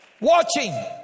Watching